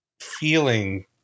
feeling